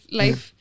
life